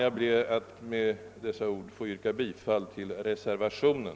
Med dessa ord ber jag att få yrka bifall till reservationen.